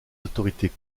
autorités